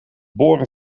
boren